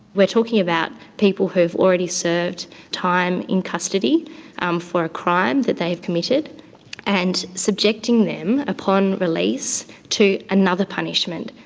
we're talking about people who've already served time in custody um for a crime that they have committed and subjecting them upon release to another punishment,